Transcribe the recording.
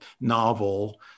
novel